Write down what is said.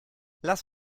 lass